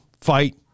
fight